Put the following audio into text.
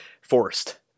forced